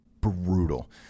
brutal